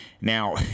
Now